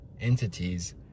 entities